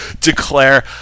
declare